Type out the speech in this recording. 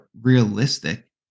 realistic